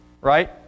right